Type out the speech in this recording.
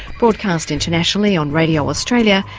broadcast internationally on radio australia,